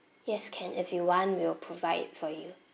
yes can if you want we'll provide it for you